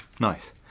Nice